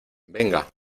venga